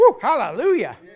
Hallelujah